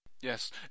Yes